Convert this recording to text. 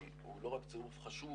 הוא חשוב.